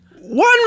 One